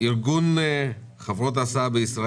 קולגה לעבודה.